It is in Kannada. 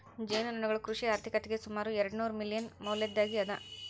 ಜೇನುನೊಣಗಳು ಕೃಷಿ ಆರ್ಥಿಕತೆಗೆ ಸುಮಾರು ಎರ್ಡುನೂರು ಮಿಲಿಯನ್ ಮೌಲ್ಯದ್ದಾಗಿ ಅದ